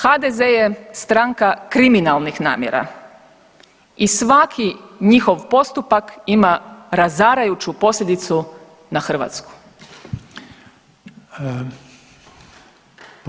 HDZ je stranka kriminalnih namjera i svaki njihov postupak ima razarajuću posljedicu na Hrvatsku.